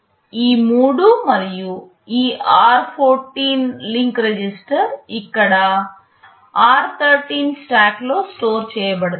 ఈ మూడు మరియు ఈ r14 లింక్ రిజిస్టర్ ఇక్కడ r13 స్టాక్లో స్టోర్ చేయబడతాయి